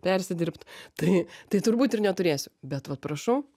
persidirbt tai tai turbūt ir neturėsiu bet vat prašau